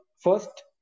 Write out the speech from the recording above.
first